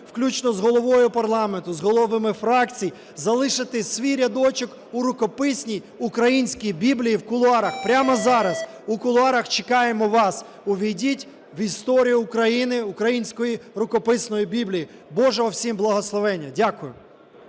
включно з Головою парламенту, з головами фракцій залишити свій рядочок у рукописній українській Біблії в кулуарах. Прямо зараз у кулуарах чекаємо вас, увійдіть в історію України, української рукописної Біблії. Божого всім благословення! Дякую.